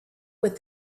with